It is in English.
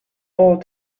all